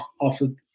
offered